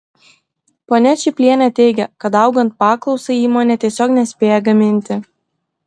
ponia čiplienė teigia kad augant paklausai įmonė tiesiog nespėja gaminti